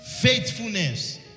Faithfulness